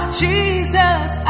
jesus